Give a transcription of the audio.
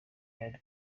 kandi